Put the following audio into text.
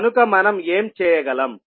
కాబట్టి మనం ఏం చేయగలం